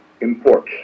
import